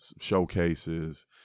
showcases